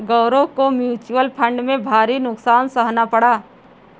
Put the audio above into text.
गौरव को mutual fund में भारी नुकसान सहना पड़ा